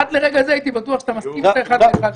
עד לרגע זה הייתי בטוח שאתה מסכים איתה אחד לאחד עם הדברים.